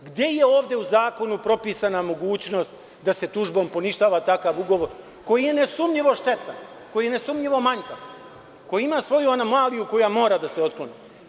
Gde je ovde u zakonu propisana mogućnost da se tužbom poništava takav ugovor koji je nesumnjivo štetan, manjkav, koji ima svoju anomaliju koja mora da se otkloni.